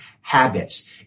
habits